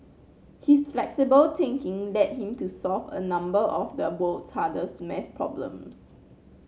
his flexible thinking led him to solve a number of the world's hardest maths problems